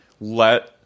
let